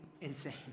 insane